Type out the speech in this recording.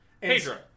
Pedro